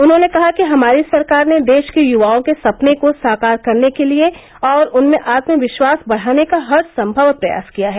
उन्होंने कहा कि हमारी सरकार ने देश के युवाओं के सपनों को साकार करने के लिए और उनमें आत्मविश्वास बढ़ाने का हर संभव प्रयास किया है